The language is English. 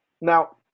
Now